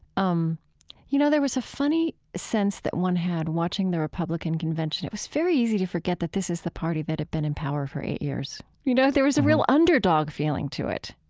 um you know, there was a funny sense that one had watching the republican convention. it was very easy to forget that this is the party that had been in power for eight years. you know, there was a real underdog feeling to it.